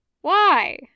Why